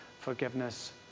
forgiveness